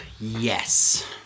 yes